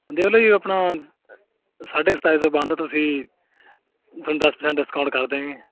ਦੇਖ ਲਓ ਜੀ ਆਪਣਾ ਸਾਢੇ ਕੁ ਸਤਾਈ ਸੌ ਬਣਦਾ ਤੁਸੀਂ ਤੁਹਾਨੂੰ ਦਸ ਪਰਸੈਂਟ ਡਿਸਕਾਊਂਟ ਕਰ ਦਿਆਂਗੇ